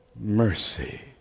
mercy